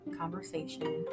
conversation